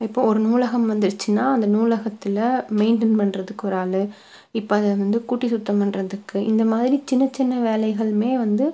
இப்போ ஒரு நூலகம் வந்துடுச்சின்னால் அந்த நூலகத்தில் மெயின்டைன் பண்ணுறதுக்கு ஒரு ஆள் இப்போ அதை வந்து கூட்டி சுத்தம் பண்ணுறதுக்கு இந்த மாதிரி சின்ன சின்ன வேலைகளும் வந்து